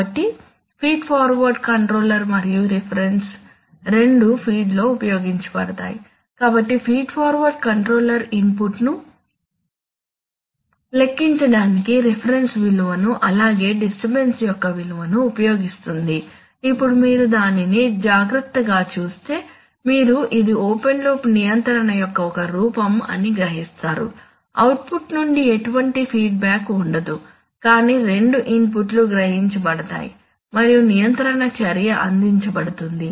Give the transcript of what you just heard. కాబట్టి feed forward controller మరియు reference రెండూ ఫీడ్లో ఉపయోగించబడతాయి కాబట్టి ఫీడ్ఫార్వర్డ్ కంట్రోలర్ ఇన్పుట్ను లెక్కించడానికి రిఫరెన్స్ విలువను అలాగే డిస్టర్బన్స్ యొక్క విలువను ఉపయోగిస్తుంది ఇప్పుడు మీరు దానిని జాగ్రత్తగా చూస్తే మీరు ఇది ఓపెన్ లూప్ నియంత్రణ యొక్క ఒక రూపం అని గ్రహిస్తారు అవుట్పుట్ నుండి ఎటువంటి ఫీడ్బ్యాక్ ఉండదు కానీ రెండు ఇన్పుట్లు గ్రహించబడతాయి మరియు నియంత్రణ చర్య అందించబడుతుంది